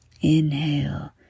Inhale